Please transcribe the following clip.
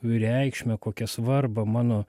reikšmę kokią svarbą mano